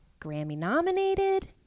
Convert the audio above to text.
Grammy-nominated